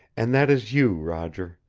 and that is you, roger.